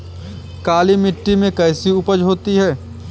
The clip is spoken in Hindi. काली मिट्टी में कैसी उपज होती है?